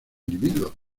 individuo